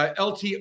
LT